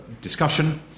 discussion